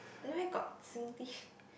this one where got Singlish